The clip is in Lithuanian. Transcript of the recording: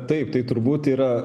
taip tai turbūt yra